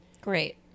Great